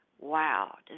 Wow